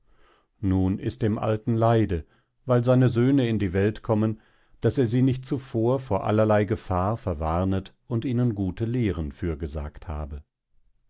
nun ist dem alten leide weil seine söhne in die welt kommen daß er sie nicht zuvor vor allerlei gefahr verwarnet und ihnen gute lehren fürgesagt habe